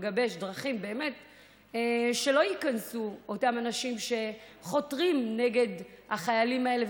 ולגבש דרכים שלא ייכנסו אותם אנשים שחותרים נגד החיילים האלה,